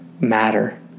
matter